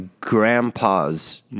grandpa's